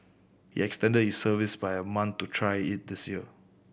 he extended his service by a month to try it this year